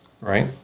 Right